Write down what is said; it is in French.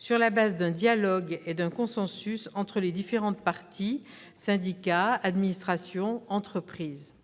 sur la base d'un dialogue et d'un consensus entre les différentes parties : syndicat, administration, entreprise.